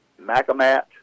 Macamat